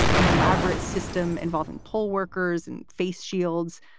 an elaborate system involving poll workers and face shields,